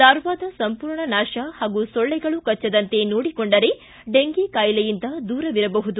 ಲಾರ್ವಾದ ಸಂಪೂರ್ಣ ನಾಶ ಹಾಗೂ ಸೊಳ್ಳಿಗಳು ಕಚ್ವದಂತೆ ನೋಡಿಕೊಂಡರೆ ಡೆಂಗಿ ಕಾಯಿಲೆಯಿಂದ ದೂರವಿರಬಹುದು